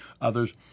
others